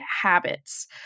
habits